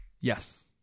Yes